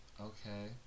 Okay